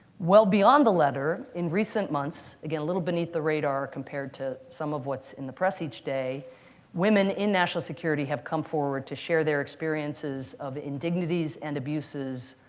well beyond the letter, in recent months again, a little beneath the radar compared to some of what's in the press each day women in national security have come forward to share their experiences of indignities and abuses,